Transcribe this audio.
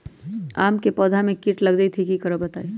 आम क पौधा म कीट लग जई त की करब बताई?